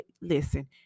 listen